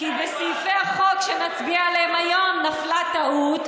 כי בסעיפי החוק שנצביע עליהם היום נפלה טעות,